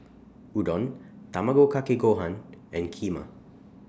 Udon Tamago Kake Gohan and Kheema